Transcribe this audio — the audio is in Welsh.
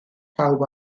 pawb